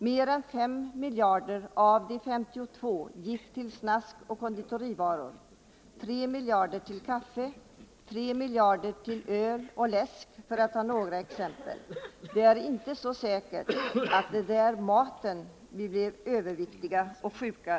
Mer än 5 miljarder av de ca 50 gick till snask och konditorivaror, 3 miljarder till kaffe, 3 miljarder till öl och läsk, för att ta några exempel. Det är inte så säkert att det är maten vi blir överviktiga och sjuka av!